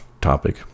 topic